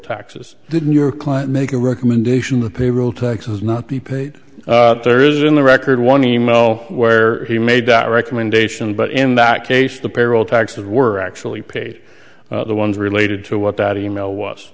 taxes didn't your client make a recommendation that the rule taxes not be paid there is in the record one emo where he made that recommendation but in that case the payroll taxes were actually paid the ones related to what that e mail was